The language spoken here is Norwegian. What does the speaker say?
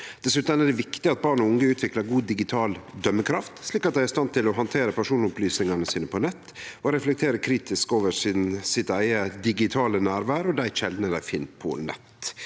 Dessutan er det viktig at barn og unge utviklar god digital dømmekraft, slik at dei er i stand til å handtere personopplysingane sine på nett og reflektere kritisk over sitt eige digitale nærvær og dei kjeldene dei finn på nett.